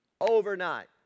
overnight